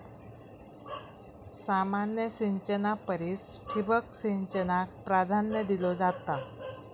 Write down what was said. सामान्य सिंचना परिस ठिबक सिंचनाक प्राधान्य दिलो जाता